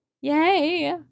Yay